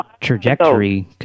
trajectory